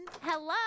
hello